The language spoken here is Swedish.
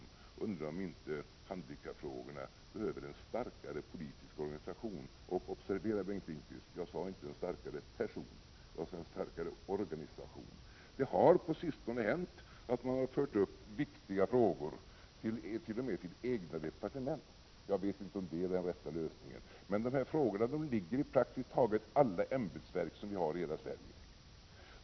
Jag undrar om inte handikappfrågorna behöver en starkare politisk organisation. Observera, Bengt Lindqvist, att jag inte sade en starkare person — jag sade en starkare organisation. Det har på sistone hänt att man har fört upp viktiga frågor t.o.m. till egna departement. Jag vet inte om det är den rätta lösningen. Men de här frågorna ligger i praktiskt taget alla ämbetsverk som vi har i hela Sverige.